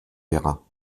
verras